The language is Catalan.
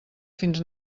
fins